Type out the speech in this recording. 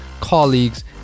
colleagues